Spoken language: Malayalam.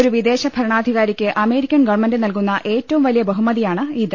ഒരു വിദേശ ഭരണാ ധികാരിക്ക് അമേരിക്കൻ ഗവൺമെന്റ് നൽകുന്ന ഏറ്റവും വലിയ ബഹുമതിയാണ് ഇത്